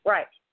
Right